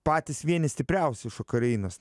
patys vieni stipriausių iš ukrainos